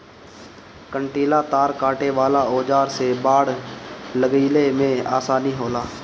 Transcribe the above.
कंटीला तार काटे वाला औज़ार से बाड़ लगईले में आसानी होला